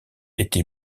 était